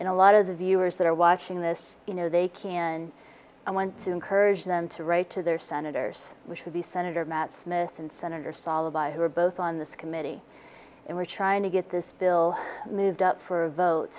and a lot of the viewers that are watching this you know they can and i want to encourage them to write to their senators which would be senator matt smith and senator salo by who are both on this committee and we're trying to get this bill moved up for a vote